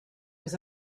was